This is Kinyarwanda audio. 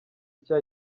nshya